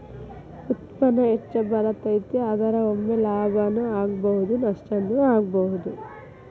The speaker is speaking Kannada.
ಉತ್ಪನ್ನಾ ಹೆಚ್ಚ ಬರತತಿ, ಆದರ ಒಮ್ಮೆ ಲಾಭಾನು ಆಗ್ಬಹುದು ನಷ್ಟಾನು ಆಗ್ಬಹುದು